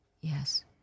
Yes